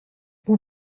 vous